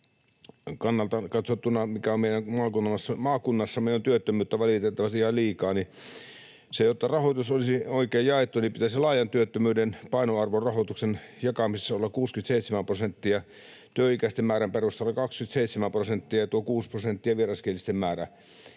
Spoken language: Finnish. kannalta katsottuna — meidän maakunnassamme on työttömyyttä valitettavasti ihan liikaa — jotta rahoitus olisi oikein jaettu, niin pitäisi laajan työttömyyden painoarvon olla rahoituksen jakamisessa 67 prosenttia, työikäisten määrän perustana 27 prosenttia ja tuo 6 prosenttia vieraskielisten määrä.